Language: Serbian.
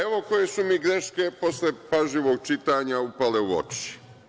Evo koje su mi greške posle pažljivog čitanja upale u oči.